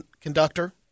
conductor